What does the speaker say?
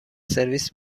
سرویس